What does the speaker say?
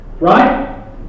Right